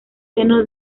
seno